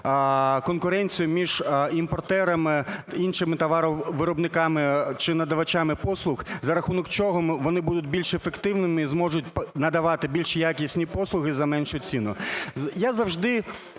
конкуренцію між імпортерами, іншими товаровиробниками чи надавачами послуг, за рахунок чого вони будуть більш ефективними і зможуть надавати більш якісні послуги за меншу ціну. Я завжди